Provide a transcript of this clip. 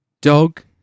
dog